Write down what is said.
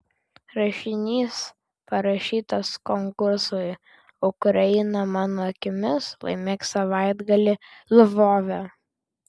rašinys parašytas konkursui ukraina mano akimis laimėk savaitgalį lvove